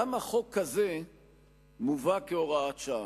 למה חוק כזה מובא כהוראת שעה?